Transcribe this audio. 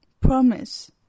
promise